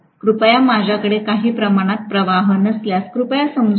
कृपया माझ्याकडे काही प्रमाणात प्रवाह नसल्यास कृपया समजून घ्या